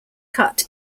cut